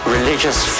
Religious